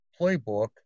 playbook